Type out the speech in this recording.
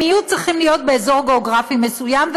שהם יהיו צריכים להיות באזור גיאוגרפי מסוים,